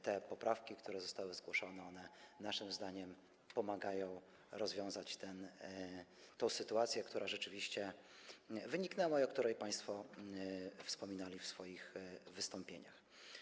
Te poprawki, które zostały zgłoszone, naszym zdaniem pomagają rozwiązać tę sytuację, która rzeczywiście wyniknęła i o której państwo wspominali w swoich wystąpieniach.